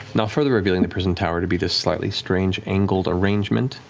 now further revealing the prison tower to be this slightly strange angled arrangement,